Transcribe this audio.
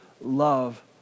love